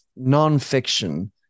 nonfiction